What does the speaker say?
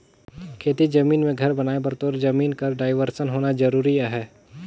खेती जमीन मे घर बनाए बर तोर जमीन कर डाइवरसन होना जरूरी अहे